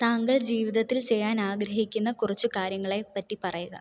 താങ്കൾ ജീവിതത്തിൽ ചെയ്താൽ ആഗ്രഹിക്കുന്ന കുറച്ചു കാര്യങ്ങളെ പറ്റി പറയുക